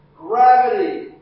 gravity